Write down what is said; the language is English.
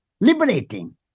liberating